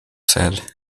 said